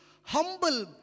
humble